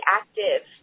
active